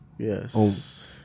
Yes